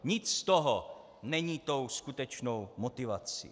Nic z toho není tou skutečnou motivací.